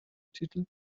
titel